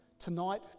Tonight